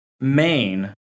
main